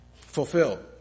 fulfilled